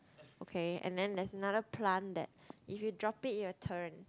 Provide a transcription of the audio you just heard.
okay and then there's another plant that if you drop it it will turn